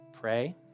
pray